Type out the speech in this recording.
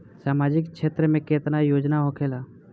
सामाजिक क्षेत्र में केतना योजना होखेला?